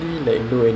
a'ah